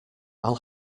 i’ll